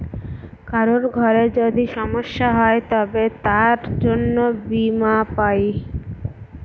কারোর ঘরে যদি সমস্যা হয় সে তার জন্য বীমা পাই